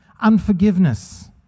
unforgiveness